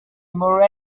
more